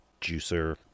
juicer